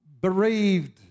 bereaved